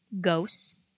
Ghosts